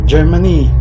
Germany